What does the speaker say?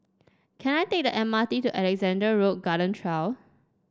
can I take the M R T to Alexandra Road Garden Trail